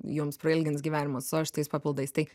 jums prailgins gyvenimą su savo šitais papildais tai